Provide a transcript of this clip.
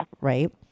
right